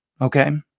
okay